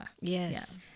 Yes